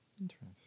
Interesting